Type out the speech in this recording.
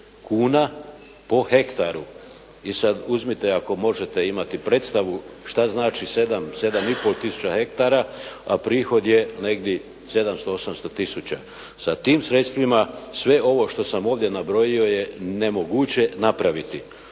kuna po hektaru. I sada uzmite ako možete imati predstavu šta znači 7, 7,5 tisuća hektara a prihod je negdje 700, 800 tisuća. Sa tim sredstvima sve ovo što sam ovdje nabrojio ovdje je nemoguće napraviti.